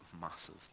massive